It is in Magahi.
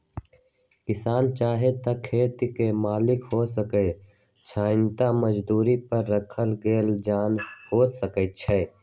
किसान चाहे त खेत के मालिक हो सकै छइ न त मजदुरी पर राखल गेल जन हो सकै छइ